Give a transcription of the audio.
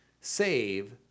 save